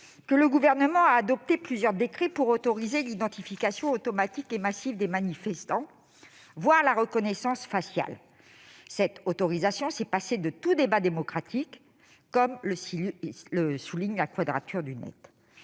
que le Gouvernement a adopté plusieurs décrets pour autoriser l'identification automatique et massive des manifestants, voire la reconnaissance faciale. Cette autorisation s'est passée de tout débat démocratique, comme le souligne La Quadrature du Net.